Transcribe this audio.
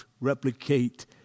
replicate